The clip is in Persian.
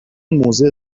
موضع